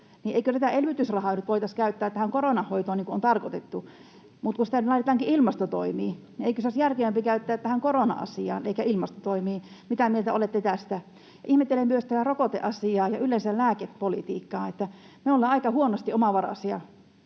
eikö tätä elvytysrahaa nyt voitaisi käyttää tähän koronan hoitoon niin kuin on tarkoitettu? Mutta kun sitä laitetaankin ilmastotoimiin. Eikö se olisi järkevämpi käyttää tähän korona-asiaan eikä ilmastotoimiin? Mitä mieltä olette tästä? Ihmettelen myös tätä rokoteasiaa ja yleensä lääkepolitiikkaa. Me olemme aika huonosti omavaraisia